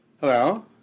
Hello